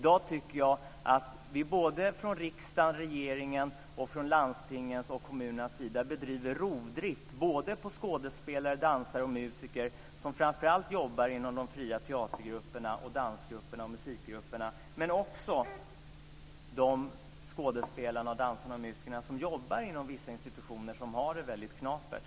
Jag tycker att vi från riksdagens, regeringens, landstingens och kommunernas sida bedriver rovdrift på skådespelare, dansare och musiker som framför allt jobbar inom de fria teatergrupperna, dansgrupperna och musikgrupperna men det gäller också de skådespelare, dansare och musiker som jobbar inom vissa institutioner som har det väldigt knapert.